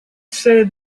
say